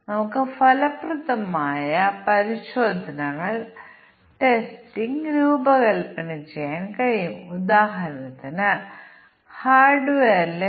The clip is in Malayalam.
അതിനാൽ ഞങ്ങൾ നിബന്ധനകളും അതിനുശേഷം അനുബന്ധ പ്രവർത്തനങ്ങളും എഴുതുന്നു കാരണം ഫല ഗ്രാഫിന്റെ നേരായ വിവർത്തനം